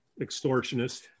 extortionist